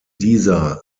dieser